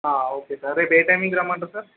ఆ okay sir రేపు ఏ టైమ్కి రమ్మంటారు సార్